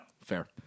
Fair